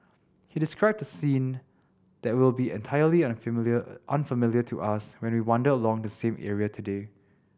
he described a scene that will be entirely unfamiliar unfamiliar to us when we wander along the same area today